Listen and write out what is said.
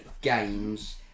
games